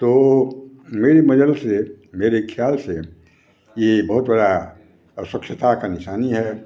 तो मेरी मजल से मेरे ख्याल से ये बहुत बड़ा अस्वच्छता का निशानी है